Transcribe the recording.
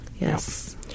Yes